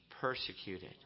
persecuted